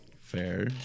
fair